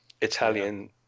Italian